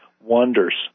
wonders